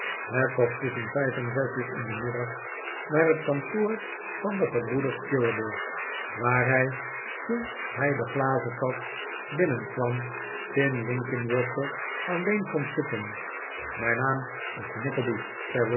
het was tusschen vijf en zes uur in den middag naar het kantoor van de gebroeders cheeryble waar hij toen hij de glazenkast binnenkwam tim linkinwater alleen vond zitten mijn naam is